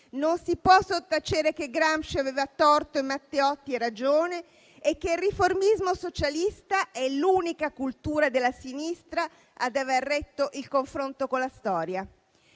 non si può sottacere che Gramsci aveva torto e Matteotti ragione, e che il riformismo socialista è l'unica cultura della sinistra ad aver retto il confronto con la storia.